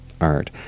art